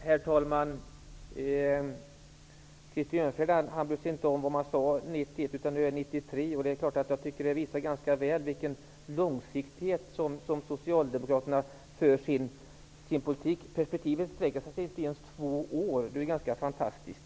Herr talman! Krister Örnfjäder bryr sig inte om vad som sades 1991. Nu är det 1993. Det visar ganska väl med vilken långsiktighet Socialdemokraterna för sin politik. Perspektivet sträcker sig alltså inte ens över två år. Det är ganska fantastiskt.